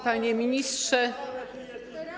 Panie Ministrze!